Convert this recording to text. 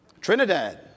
Trinidad